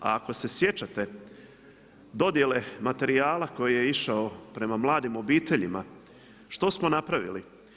A ako se sjećate dodjele materijala koji je išao prema mladim obiteljima što smo napravili?